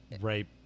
right